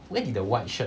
where did the white shirt